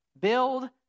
Build